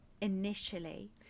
initially